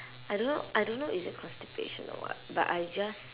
I don't know I don't know is it constipation or what but I just